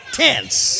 tense